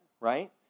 right